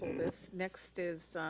this, next is